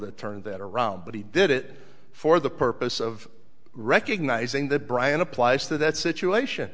that turned that around but he did it for the purpose of recognizing that brian applies to that situation